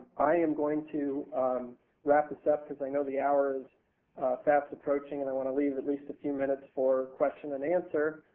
i am going to wrap this up, because i know the hour is fast approaching and i want to leave at least a few minutes for question and answer.